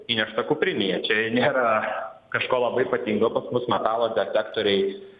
įnešta kuprinėje čia nėra kažko labai ypatingo pas mus metalo detektoriai